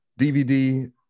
DVD